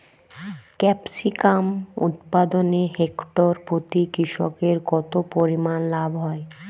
Capsicum উৎপাদনে hectare প্রতি কৃষকের কত পরিমান লাভ হয়?